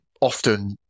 often